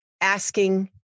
asking